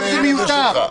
הכול מיותר,